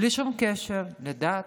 בלי שום קשר לדת,